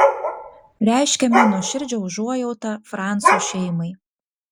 reiškiame nuoširdžią užuojautą franco šeimai